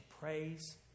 praise